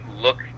look